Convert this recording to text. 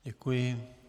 Děkuji.